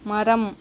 மரம்